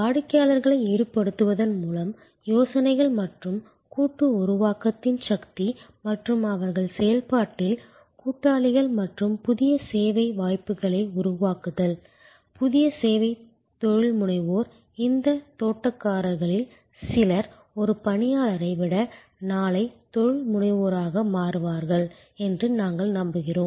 வாடிக்கையாளர்களை ஈடுபடுத்துவதன் மூலம் யோசனைகள் மற்றும் கூட்டு உருவாக்கத்தின் சக்தி மற்றும் அவர்கள் செயல்பாட்டில் கூட்டாளிகள் மற்றும் புதிய சேவை வாய்ப்புகளை உருவாக்குதல் புதிய சேவை தொழில்முனைவோர் இந்த தோட்டக்காரர்களில் சிலர் ஒரு பணியாளரை விட நாளை தொழில்முனைவோராக மாறுவார்கள் என்று நாங்கள் நம்புகிறோம்